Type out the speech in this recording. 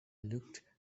looked